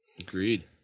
Agreed